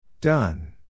Done